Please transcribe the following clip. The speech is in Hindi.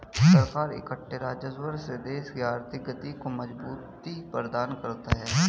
सरकार इकट्ठे राजस्व से देश की आर्थिक गति को मजबूती प्रदान करता है